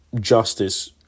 justice